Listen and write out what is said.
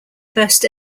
first